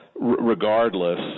Regardless